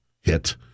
hit